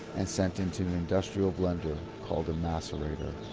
and sent into an industrial blender called a macerator.